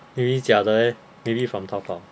maybe 假的 leh maybe from 淘宝